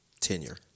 tenure